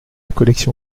collection